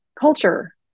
culture